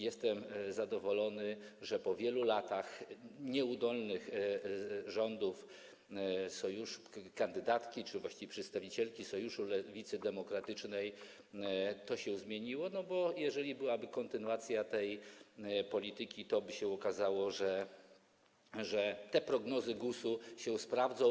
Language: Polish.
Jestem zadowolony, że po wielu latach nieudolnych rządów sojuszu, kandydatki czy właściwie przedstawicielki Sojuszu Lewicy Demokratycznej, to się zmieniło, bo jeżeli byłaby kontynuacja tej polityki, toby się okazało, że te prognozy GUS-u się sprawdzą.